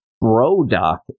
Bro-Doc